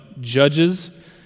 judges